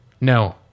No